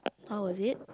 how was it